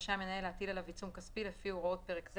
רשאי המנהל להטיל עליו עיצום כספי לפי הוראות פרק זה